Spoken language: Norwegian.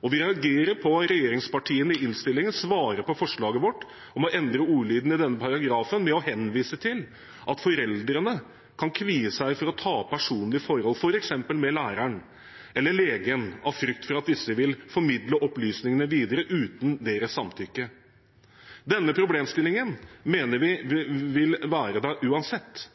Vi reagerer på at regjeringspartiene i innstillingen svarer på forslaget vårt om å endre ordlyden i denne paragrafen med å henvise til at foreldrene kan kvie seg for å ta opp personlige forhold, f.eks. med læreren eller med legen, av frykt for at disse vil formidle opplysningene videre, uten deres samtykke. Denne problemstillingen mener vi vil være der uansett.